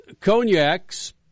cognac's